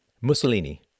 Mussolini